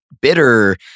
bitter